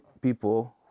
people